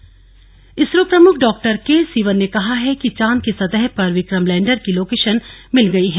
चंद्रयान इसरो प्रमुख डॉ के सिवन ने कहा है कि चांद की सतह पर विक्रम लैंडर की लोकेशन मिल गई है